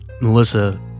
Melissa